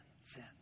sin